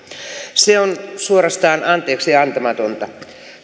se on suorastaan anteeksiantamatonta